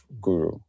guru